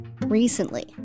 recently